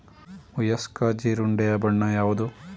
ವಯಸ್ಕ ಜೀರುಂಡೆಯ ಬಣ್ಣ ಯಾವುದು?